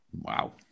Wow